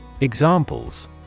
Examples